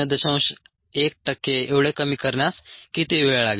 1 टक्के एवढे कमी करण्यास किती वेळ लागेल